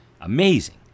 Amazing